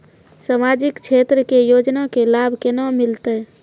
समाजिक क्षेत्र के योजना के लाभ केना मिलतै?